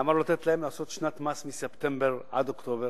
למה לא לתת להם שנת מס מספטמבר עד אוקטובר?